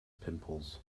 pimples